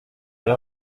les